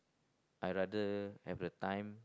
I rather have the time